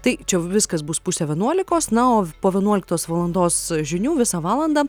tai čia viskas bus pusė vienuolikos na o po vienuoliktos valandos žinių visą valandą